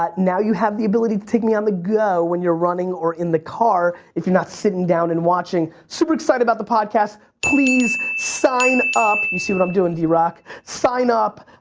now you have the ability to take me on the go when you're running or in the car, if you're not sitting down and watching. super excited about the podcast. please sign up. you see what i'm doing, drock. sign up,